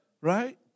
Right